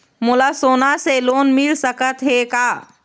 मोला सोना से लोन मिल सकत हे का?